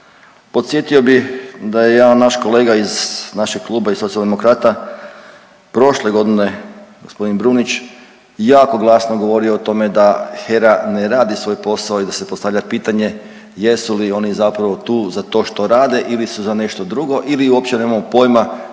Podsjetio bih da je jedan naš kolega iz našeg kluba, iz Socijaldemokrata prošle godine gospodin Brumnić jako glasno govorio o tome da HERA ne radi svoj posao i da se postavlja pitanje jesu li oni zapravo tu za to što rade ili su za nešto drugo ili uopće nemamo pojma